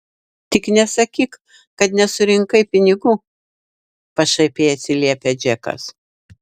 tik nesakyk kad nesurinkai pinigų pašaipiai atsiliepia džekas